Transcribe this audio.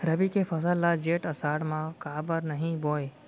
रबि के फसल ल जेठ आषाढ़ म काबर नही बोए?